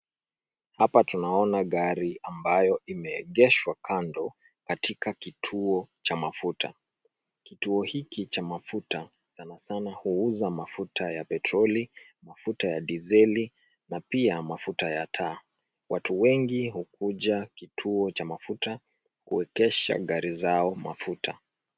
Hapa tunaona gari ambayo imeegeshwa kando katika kituo cha mafuta. Kituo hiki cha mafuta sana sana huuza mafuta ya petroli, mafuta ya diseli na pia mafuta ya taa. Watu wengi hukuja kituo cha mafuta kuwekesha gari zao mafuta.